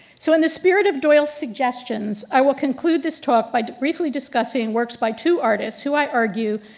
so in the spirit of doyle's suggestions i will conclude this talk by briefly discussing works by two artists, who i argue,